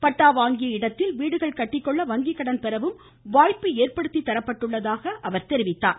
பட்டா வாங்கிய இடத்தில் வீடுகள் கட்டிக்கொள்ள வங்கி கடன் பெறவும் வாய்ப்பு ஏற்படுத்தி தரப்பட்டுள்ளதாக அவர் கூறினார்